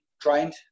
trained